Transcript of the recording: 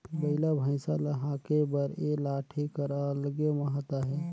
बइला भइसा ल हाके बर ए लाठी कर अलगे महत अहे